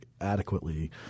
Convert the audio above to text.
adequately